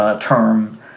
term